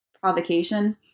provocation